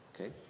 Okay